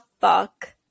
fuck